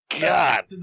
God